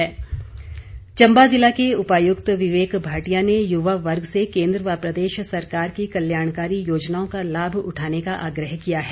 आत्मनिर्भर चंबा जिला के उपायुक्त विवेक भाटिया ने युवा वर्ग से केंद्र व प्रदेश सरकार की कल्याणकारी योजनाओं का लाभ उठाने का आग्रह किया है